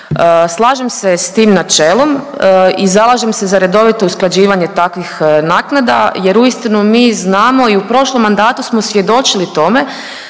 Slažem se s tim načelom i zalažem se za redovito usklađivanje takvih naknada jer uistinu mi znamo i u prošlom mandatu smo svjedočili tome